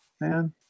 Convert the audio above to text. Man